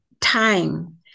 time